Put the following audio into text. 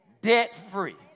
debt-free